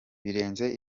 birenze